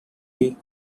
lee